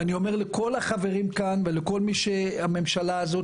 ואני אומר לכל החברים כאן ולכל מי שהממשלה הזאת,